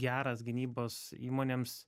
geras gynybos įmonėms